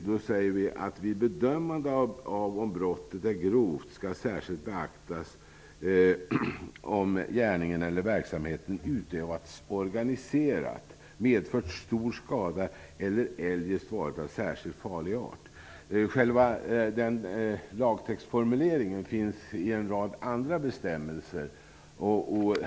Vi skriver i motionen: Vid bedömande av om brottet är grovt skall särskilt beaktas om gärningen eller verksamheten utövats organiserat, medfört stor skada eller eljest varit av särskilt farlig art. Själva lagtextformuleringen finns i en rad andra bestämmelser.